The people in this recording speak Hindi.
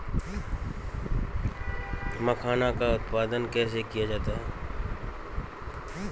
मखाना का उत्पादन कैसे किया जाता है?